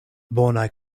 bonaj